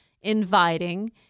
inviting